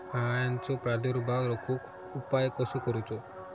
अळ्यांचो प्रादुर्भाव रोखुक उपाय कसो करूचो?